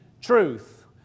truth